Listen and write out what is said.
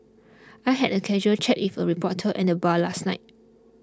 I had a casual chat with a reporter at the bar last night